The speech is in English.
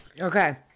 Okay